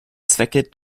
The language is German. zwecke